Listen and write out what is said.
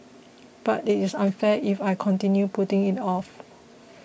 but it is unfair if I continue putting it off